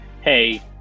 hey